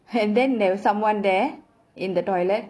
and then there was someone there in the toilet